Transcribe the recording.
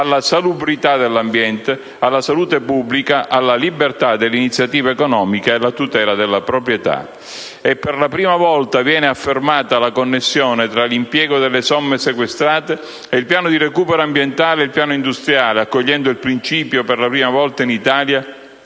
alla salubrità dell'ambiente, alla salute pubblica, alla libertà dell'iniziativa economica ed alla tutela della proprietà. E per la prima volta viene affermata la connessione tra l'impiego delle somme sequestrate e il piano di recupero ambientale e il piano industriale, accogliendo il principio per la prima volta in Italia